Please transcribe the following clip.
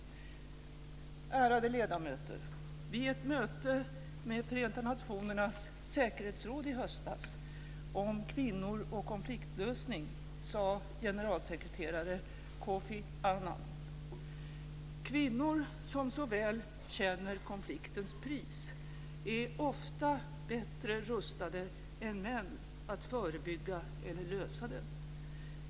Ärade ledamöter! Vid ett möte med Förenta nationernas säkerhetsråd i höstas om kvinnor och konfliktlösning sade generalsekreterare Kofi Annan: "Kvinnor, som så väl känner konfliktens pris, är ofta bättre rustade än män att förebygga eller lösa den.